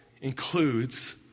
includes